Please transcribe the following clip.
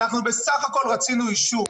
אנחנו בסך הכול רצינו אישור.